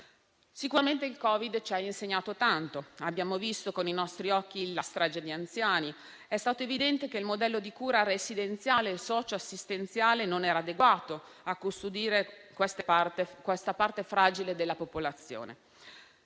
Sicuramente il Covid ci ha insegnato tanto. Abbiamo visto con i nostri occhi la strage di anziani. È stato evidente che il modello di cura residenziale e socioassistenziale non era adeguato a custodire questa parte fragile della popolazione.